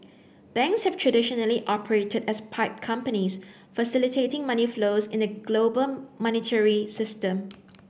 banks have traditionally operated as pipe companies facilitating money flows in the global monetary system